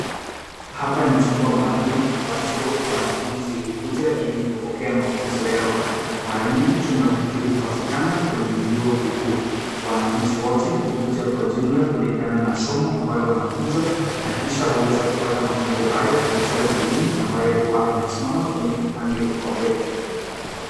Hapa ni chumba maalum ambacho wanafunzi hukuja ili kupokea mafunzo yao, mara nyingi chumba hiki hupatikana kwenye vyoo vikuu. Wanafunzi wote huja kwa jumla kulingana na somo ambalo anafunza na kisha huweza kupata mafuzo yao kupitia mwalimu ambaye huwa anasimama kwenye upande wa mbele.